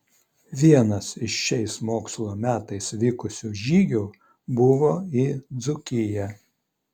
vienas iš šiais mokslo metais vykusių žygių buvo į dzūkiją